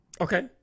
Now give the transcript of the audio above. Okay